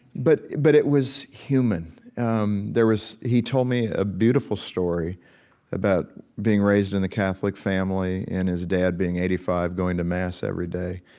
but but it was human um there was he told me a beautiful story about being raised in a catholic family and his dad being eighty five going to mass every day.